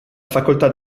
facoltà